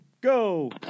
go